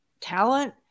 talent